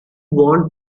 want